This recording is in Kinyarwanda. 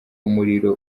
umuriro